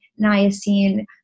niacin